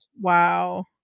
Wow